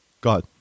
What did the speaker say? God